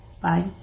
Bye